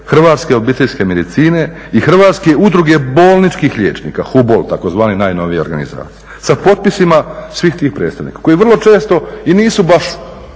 Hrvatske obiteljske medicine i Hrvatske udruge bolničkih liječnika HUBOL takozvani najnovija organizacija sa potpisima svih tih predstavnika koji vrlo često i nisu baš